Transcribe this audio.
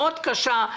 מאוד קשה,